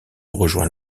rejoint